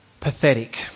pathetic